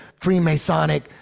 freemasonic